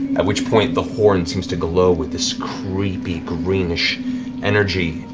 at which point, the horn seems to glow with this creepy greenish energy,